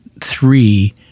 three